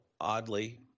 oddly